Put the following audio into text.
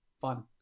fun